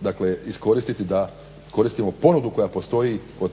dakle iskoristiti da koristimo ponudu koja postoji za